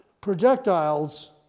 projectiles